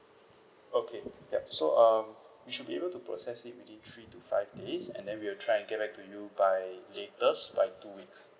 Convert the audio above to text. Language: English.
okay yup so um we should be able to process it within three to five days and then we'll try and get back to you by latest by two weeks